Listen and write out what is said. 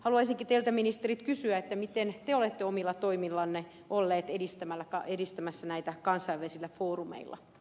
haluaisinkin teiltä ministerit kysyä miten te olette omilla toimillanne olleet edistämässä näitä kansainvälisillä foorumeilla